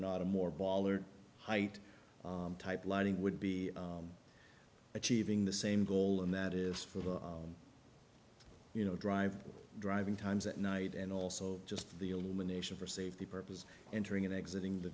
not a more baller height type lighting would be achieving the same goal and that is for the you know dr driving times at night and also just the illumination for safety purposes entering and exiting the